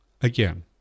again